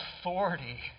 authority